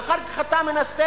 ואחר כך אתה מנסה,